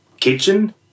kitchen